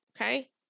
okay